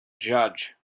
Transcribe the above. judge